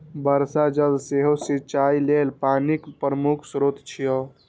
वर्षा जल सेहो सिंचाइ लेल पानिक प्रमुख स्रोत छियै